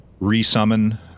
resummon